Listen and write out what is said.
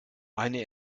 eine